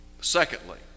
Secondly